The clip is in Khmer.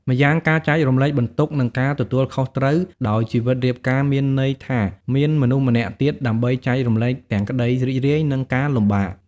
ម្យ៉ាង ការចែករំលែកបន្ទុក និងការទទួលខុសត្រូវ ដោយជីវិតរៀបការមានន័យថាមានមនុស្សម្នាក់ទៀតដើម្បីចែករំលែកទាំងក្តីរីករាយ និងការលំបាក។